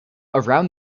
around